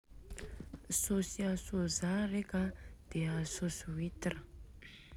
Saosy sôza reka an de saosy huitre.